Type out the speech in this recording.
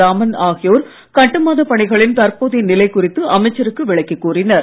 ராமன் ஆகியோர் கட்டுமான பணிகளின் தற்போதைய நிலை குறித்து அமைச்சருக்கு விளக்கி கூறினார்